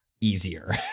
easier